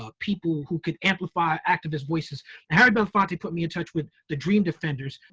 ah people who could amplify activists' voices. and harry belafonte put me in touch with the dream defenders.